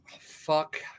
Fuck